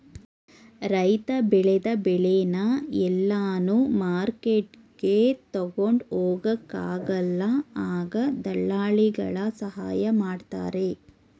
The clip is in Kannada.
ರೈತ ಬೆಳೆದ ಬೆಳೆನ ಎಲ್ಲಾನು ಮಾರ್ಕೆಟ್ಗೆ ತಗೊಂಡ್ ಹೋಗೊಕ ಆಗಲ್ಲ ಆಗ ದಳ್ಳಾಲಿಗಳ ಸಹಾಯ ಮಾಡ್ತಾರೆ